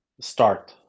start